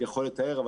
יכול לתאר,